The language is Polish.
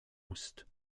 ust